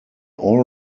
all